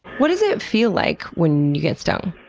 what does it feel like when you get stung?